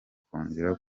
kongera